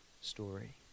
story